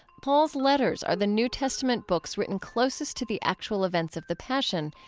paul's letters are the new testament books written closest to the actual events of the passion,